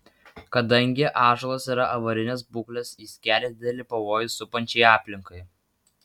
kadangi ąžuolas yra avarinės būklės jis kelia didelį pavojų supančiai aplinkai